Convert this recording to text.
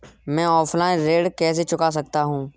मैं ऑफलाइन ऋण कैसे चुका सकता हूँ?